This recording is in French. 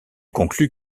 conclut